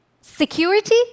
Security